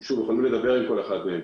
אתם יכולים לדבר עם כל אחד מהם.